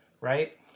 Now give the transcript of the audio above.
right